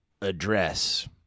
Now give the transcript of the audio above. address